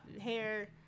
hair